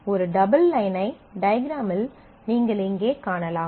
ஒரு டபுள் லைனை டயஃக்ராமில் நீங்கள் இங்கே காணலாம்